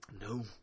no